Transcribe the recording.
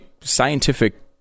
scientific